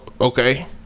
okay